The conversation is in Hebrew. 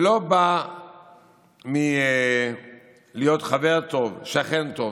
זה לא בא מלהיות חבר טוב, שכן טוב.